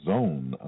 Zone